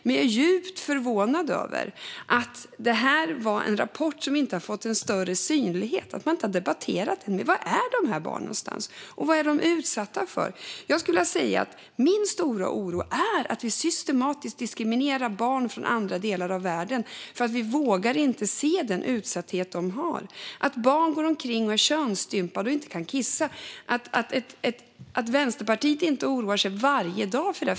Men jag är djupt förvånad över att den här rapporten inte har fått en större synlighet och att man inte har debatterat den. Var är de här barnen någonstans, och vad är de utsatta för? Min stora oro är att vi systematiskt diskriminerar barn från andra delar av världen för att vi inte vågar se den utsatthet de har. Barn går omkring och är könsstympade och kan inte kissa, och jag är orolig för att Vänsterpartiet inte oroar sig varje dag för det.